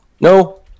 No